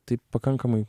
tai pakankamai